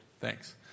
Thanks